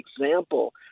example